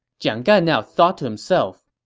jiang gan now thought to himself,